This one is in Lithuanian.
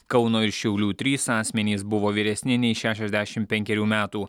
kauno ir šiaulių trys asmenys buvo vyresni nei šešiasdešim penkerių metų